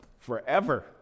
Forever